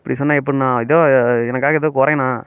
இப்படி சொன்னால் எப்படின்னா எதோ எனக்காக எதோ குறைணா